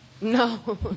No